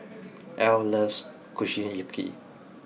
L loves Kushiyaki